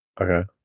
Okay